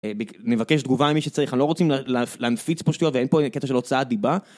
נבקש תגובה ממי שצריך, לא רוצים להנפיץ פה שטויות ואין פה קטע של הוצאה דיבה